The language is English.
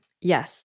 Yes